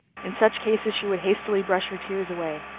in such cases she would hastily brush her tears away,